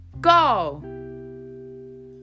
go